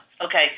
Okay